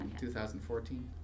2014